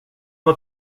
har